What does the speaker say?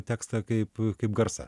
tekstą kaip kaip garsą